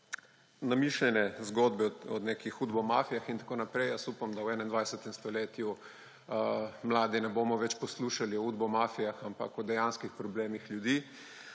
zgodbe o nekih udbomafijah in tako naprej. Jaz upam, da v 21. stoletju mladi ne bomo več poslušali o udbomafijah, ampak o dejanskih problemih ljudi.